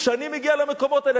כשאני מגיע למקומות האלה,